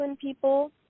people